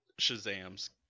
shazam's